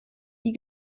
die